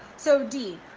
so dee,